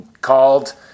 called